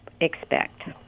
expect